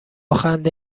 خنده